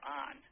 on